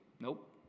Nope